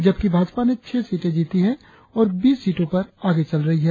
जबकि भाजपा ने छह सीटे जीती है और बीस सीटों पर आगे चल रही है